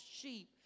sheep